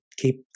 keep